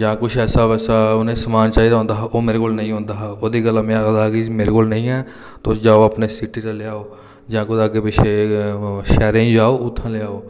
जां किश ऐसा वैसा उ'नें समान चाहिदा होंदा ते ओह् मेरे कोल नेईं होंदा हा ओह्दे गल्ला में आखदा हा कि एह् चीज मेरे कोल नेईं ऐ तुस जाओ अपने सिटी दा लेहाओ जां कुतै अग्गें पिच्छें शैह्रै ई जाओ उत्थै दा लेहाओ